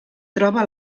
troba